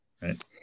right